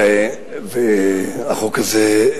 והחוק הזה,